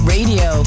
Radio